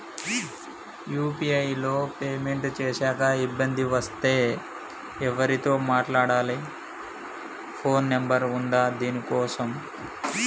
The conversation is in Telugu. యూ.పీ.ఐ లో పేమెంట్ చేశాక ఇబ్బంది వస్తే ఎవరితో మాట్లాడాలి? ఫోన్ నంబర్ ఉందా దీనికోసం?